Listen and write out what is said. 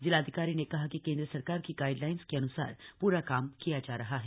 जिलाधिकारी ने कहा कि केंद्र सरकार की गाईडलाइन के अन्सार पूरा काम हो रहा है